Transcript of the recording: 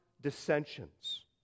dissensions